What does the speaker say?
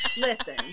Listen